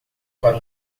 para